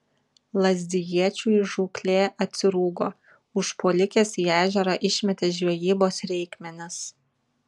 lazdijiečiui žūklė atsirūgo užpuolikės į ežerą išmetė žvejybos reikmenis